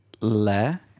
le